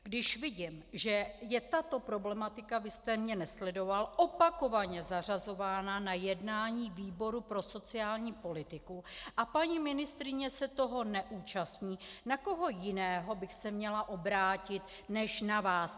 Když vidím, že je tato problematika vy jste mě nesledoval opakovaně zařazována na jednání výboru pro sociální politiku a paní ministryně se toho neúčastní, na koho jiného bych se měla obrátit než na vás?